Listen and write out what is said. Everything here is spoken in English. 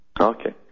Okay